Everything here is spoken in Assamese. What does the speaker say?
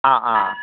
অঁ অঁ